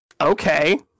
Okay